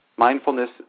Mindfulness